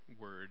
word